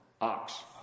Ox